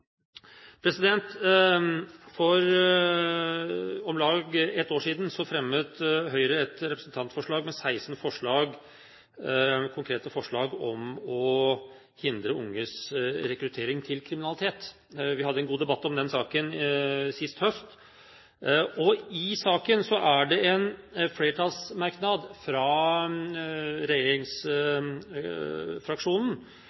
For om lag ett år siden fremmet Høyre et representantforslag med 16 konkrete forslag for å hindre unges rekruttering til kriminalitet. Vi hadde en god debatt om den saken sist høst. I saken er det en flertallsmerknad fra